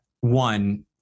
one